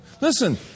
listen